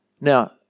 Now